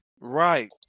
Right